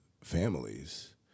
families